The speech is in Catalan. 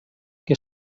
que